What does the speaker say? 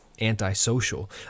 antisocial